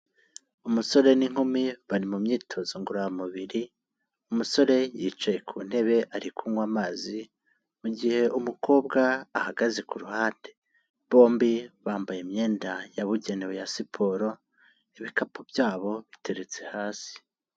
Umusore n'inkumi bari mu myitozo ngororamubiri, umusore yicaye ku ntebe ari kunywa amazi, mu gihe umukobwa ahagaze ku ruhande. Bombi bambaye imyenda yabugenewe ya siporo ibikapu byabo biteretse hasi.